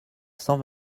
cent